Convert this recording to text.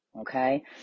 Okay